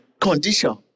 condition